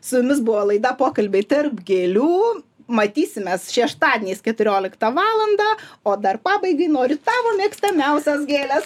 su jumis buvo laida pokalbiai tarp gėlių matysimės šeštadieniais keturioliktą valandą o dar pabaigai noriu tavo mėgstamiausios gėlės